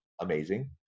amazing